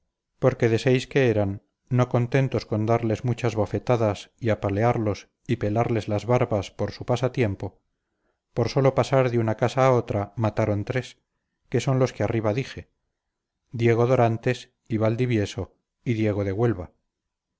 porque de seis que eran no contentos con darles muchas bofetadas y apalearlos y pelarles las barbas por su pasatiempo por sólo pasar de una casa a otra mataron tres que son los que arriba dije diego dorantes y valdivieso y diego